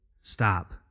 Stop